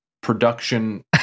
production